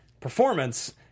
performance